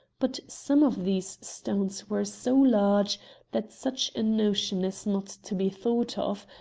but some of these stones were so large that such a notion is not to be thought of,